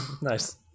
Nice